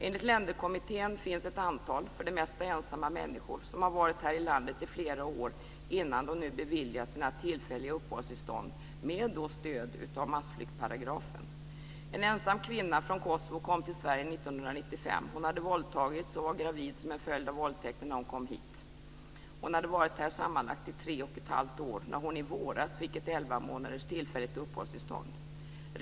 Enligt Länderkommittén finns det ett antal, för det mesta ensamma människor, som varit här i landet i flera år innan de nu beviljats sina tillfälliga uppehållstillstånd med stöd av massflyktparagrafen. 1995. Hon hade våldtagits och var gravid som en följd av våldtäkten när hon kom till hit. Hon hade varit här sammanlagt i 3 1⁄2 år när hon i våras fick ett elva månaders tillfälligt uppehållstillstånd.